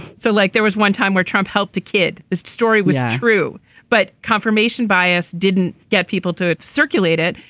so like there was one time where trump helped a kid. the story was true but confirmation bias didn't get people to circulate it.